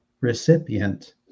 recipient